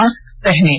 mask पहनें